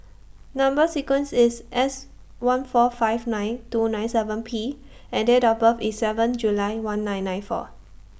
Number sequence IS S one four five nine two nine seven P and Date of birth IS seven July one nine nine one